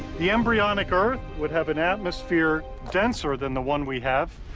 the embryonic earth would have an atmosphere denser than the one we have,